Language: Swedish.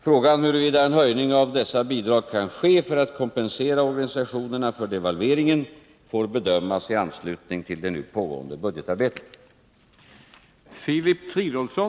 Frågan huruvida en höjning av dessa bidrag kan ske för att kompensera organisationerna för devalveringen får bedömas i anslutning till det nu pågående budgetarbetet.